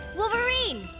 Wolverine